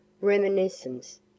reminiscence